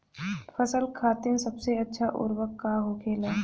फसल खातीन सबसे अच्छा उर्वरक का होखेला?